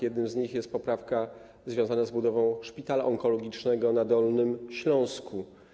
Jedną z nich jest poprawka dotycząca budowy szpitala onkologicznego na Dolnym Śląsku.